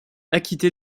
acquitté